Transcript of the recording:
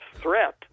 threat